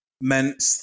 meant